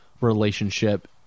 relationship